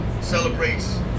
celebrates